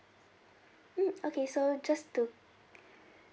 mm okay so just to